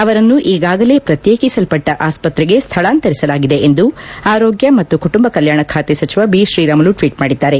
ಅವರನ್ನು ಈಗಾಗಲೇ ಪ್ರತ್ಯೇಕಿಸಲ್ಪಟ್ಟ ಆಸ್ತತ್ರೆಗೆ ಸ್ಥಳಾಂತರಿಸಲಾಗಿದೆ ಎಂದು ಆರೋಗ್ಯ ಮತ್ತು ಕುಟುಂಬ ಕಲ್ಲಾಣ ಬಾತೆ ಸಚಿವ ಬಿತ್ರೀರಾಮುಲು ಟ್ವೀಟ್ ಮಾಡಿದ್ದಾರೆ